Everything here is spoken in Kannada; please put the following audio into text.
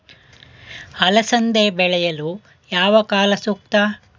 ಅಲಸಂದಿ ಬೆಳೆಯಲು ಯಾವ ಕಾಲ ಸೂಕ್ತ?